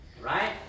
Right